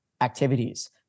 activities